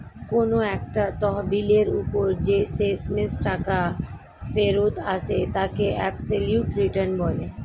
কোন একটা তহবিলের ওপর যে শেষমেষ টাকা ফেরত আসে তাকে অ্যাবসলিউট রিটার্ন বলে